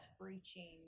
Breaching